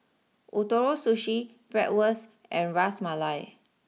Ootoro Sushi Bratwurst and Ras Malai